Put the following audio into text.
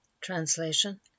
Translation